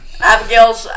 Abigail's